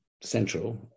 Central